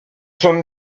sont